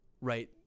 right